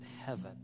heaven